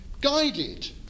guided